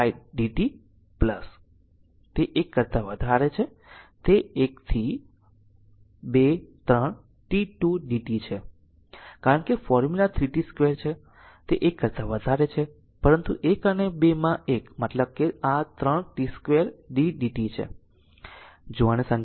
તેથી એક dt કે તે એક કરતા વધારે છે તે એક થી 2 3 t 2 dt છે કારણ કે ફોર્મુલા 3 t 2 છે તે 1 કરતા વધારે છે પરંતુ 1 અને 2 માં એક મતલબ કે આ 3 t 2 d dt